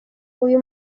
uyu